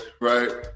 right